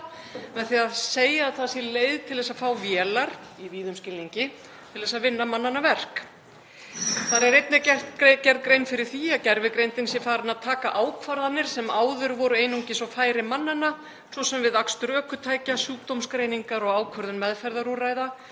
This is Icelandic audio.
með því að segja að það sé leið til að fá vélar, í víðum skilningi, til að vinna mannanna verk. Þar er einnig gerð grein fyrir því að gervigreindin sé farin að taka ákvarðanir sem áður hafi einungis verið á færi mannanna, svo sem við akstur ökutækja, sjúkdómsgreiningar og ákvörðun meðferðarúrræða,